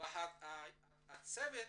הצוות